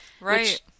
right